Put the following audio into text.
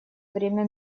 время